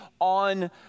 on